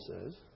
says